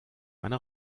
meine